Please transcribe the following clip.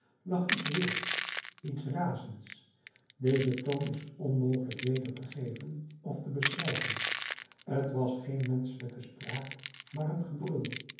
lag iets wilds iets razends deze toon is onmogelijk weder te geven of te beschrijven t was geen menschelijke spraak maar een gebrul